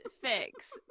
fix